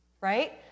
right